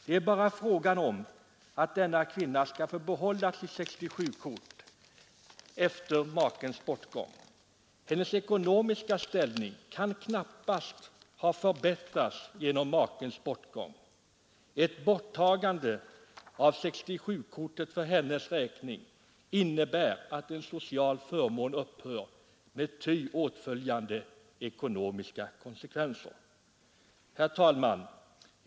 Det är bara fråga om att denna kvinna skall få behålla sitt 67-kort efter makens bortgång. Hennes ekonomiska ställning kan knappast ha förbättrats genom makens bortgång. Ett borttagande av 67-kortet för hennes räkning innebär att en social förmån upphör med ty åtföljande ekonomiska konsekvenser. Herr talman!